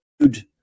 good